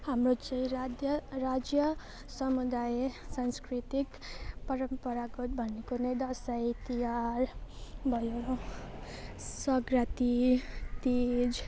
हाम्रो चाहिँ राध्य राज्य समुदाय सांस्कृतिक परम्परागत भनेको नै दसैँ तिहार भयो सङ्क्रान्ति तिज